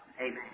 Amen